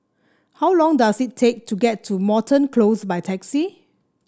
how long does it take to get to Moreton Close by taxi